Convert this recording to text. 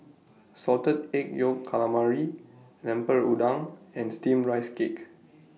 Salted Egg Yolk Calamari Lemper Udang and Steamed Rice Cake